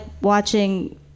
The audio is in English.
watching